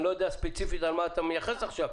אני לא יודע ספציפית על מה אתה מייחס עכשיו,